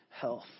health